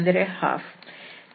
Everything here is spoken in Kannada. ಅಂದರೆ 12